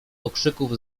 okrzyków